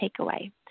takeaway